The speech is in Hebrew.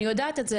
אני יודעת את זה,